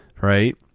right